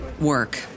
work